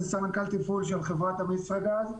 אני סמנכ"ל תפעול של חברת אמישראגז.